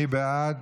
מי בעד?